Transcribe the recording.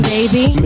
Baby